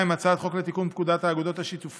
2. הצעת חוק לתיקון פקודת האגודות השיתופיות